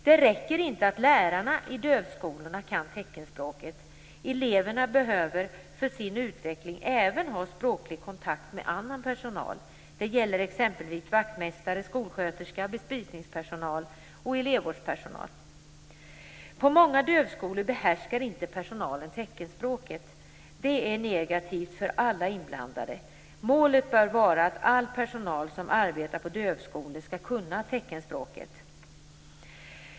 Det räcker inte att lärarna i dövskolorna kan teckenspråket. Eleverna behöver för sin utveckling även ha en språklig kontakt med annan personal. Det gäller exempelvis vaktmästare, skolsköterska, bespisningspersonal och elevvårdspersonal. På många dövskolor behärskar inte personalen teckenspråket. Det är negativt för alla inblandade. Målet bör vara att all personal som arbetar på dövskolor skall kunna teckenspråket.